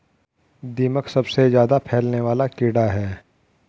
दीमक सबसे ज्यादा फैलने वाला कीड़ा है